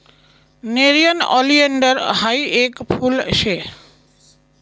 nerium oleander हायी येक फुल शे